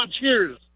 Cheers